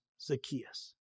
Zacchaeus